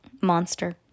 Monster